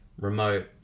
remote